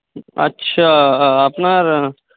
আচ্ছা আপনার